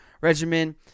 regimen